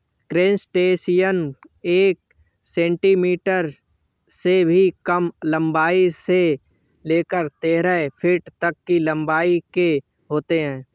crustacean एक centimetre से भी कम लंबाई से लेकर तेरह फीट तक की लंबाई के होते हैं